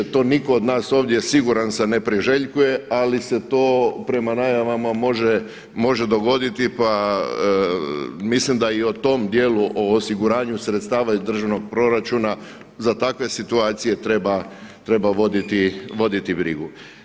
To nitko od nas ovdje siguran sam ne priželjkuje, ali se to prema najavama može dogoditi pa mislim da i o tom dijelu o osiguranju sredstava iz državnog proračuna za takve situacije treba voditi brigu.